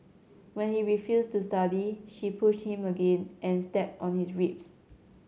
when he refused to study she pushed him again and stepped on his ribs